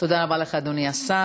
תודה רבה לך, אדוני השר.